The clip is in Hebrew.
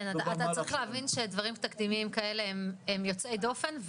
דברים תקדימיים כאלה הם יוצאי דופן.